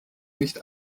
nicht